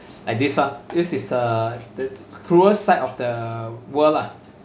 and this a this is uh this cruel side of the world lah